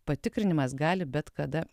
patikrinimas gali bet kada